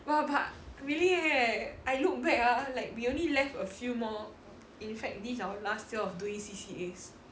!wah! but really leh I look back ah like we only left a few more in fact this is our last year of doing C_C_A